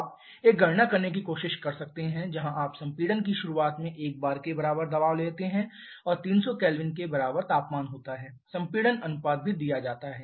आप एक गणना करने की कोशिश कर सकते हैं जहां आप संपीड़न की शुरुआत में 1 bar के बराबर दबाव लेते हैं और 300 K के बराबर तापमान होता है संपीड़न अनुपात भी दिया जाता है